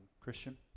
Christian